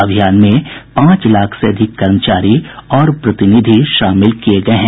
अभियान में पांच लाख से अधिक कर्मचारी और प्रतिनिधि शामिल किये गये हैं